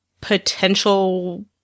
potential